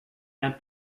d’un